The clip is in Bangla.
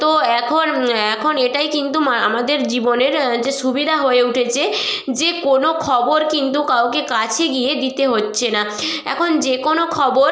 তো এখন এখন এটাই কিন্তু মা আমাদের জীবনের হচ্ছে সুবিধা হয়ে উঠেছে যে কোনো খবর কিন্তু কাউকে কাছে গিয়ে দিতে হচ্ছে না এখন যে কোনো খবর